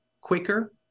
quicker